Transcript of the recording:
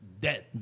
dead